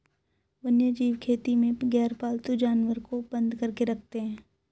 वन्यजीव खेती में गैरपालतू जानवर को बंद करके रखते हैं